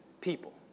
people